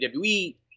WWE